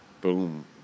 Boom